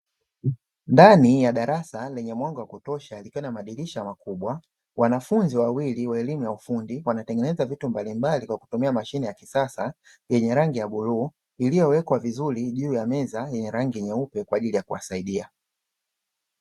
Ndani ya darasa lenye mwanga wa kutosha likiwa na madirisha makubwa wanafunzi wawili wa elimu ya ufundi, wanatengeneza vitu mbalimbali kwa kutumia mashine ya kisasa yenye rangi ya bluu, iliyowekwa vizuri juu ya meza yenye rangi nyeupe kwa ajili ya kuwasaidia.